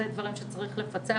ואלה דברים שצריך לפצח